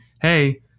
hey